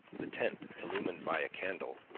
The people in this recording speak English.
the tent, illumined by a candle,